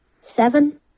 seven